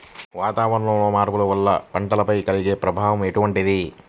వాతావరణంలో మార్పుల వల్ల పంటలపై కలిగే ప్రభావం ఎటువంటిది?